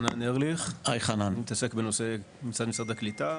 חנן ארליך, אני מתעסק בנושא משרד הקליטה.